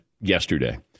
yesterday